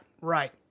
right